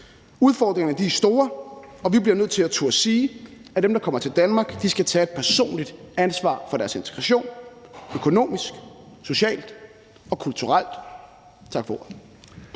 Udfordringerne er store, og vi bliver nødt til at turde sige, at dem, der kommer til Danmark, skal tage et personligt ansvar for deres integration, økonomisk, socialt og kulturelt. Tak for ordet.